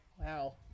Wow